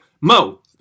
Mo